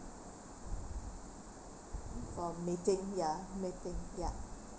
for meeting ya meeting ya